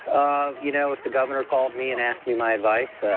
um you know if the governor called me and asked me my advice,